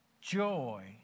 joy